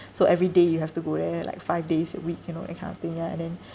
so everyday you have to go there like five days a week you know that kind of thing ya and then